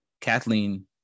Kathleen